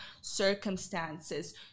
circumstances